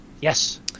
Yes